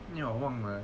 eh 我忘了 eh